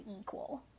equal